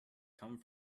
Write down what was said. come